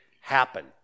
happen